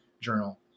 journal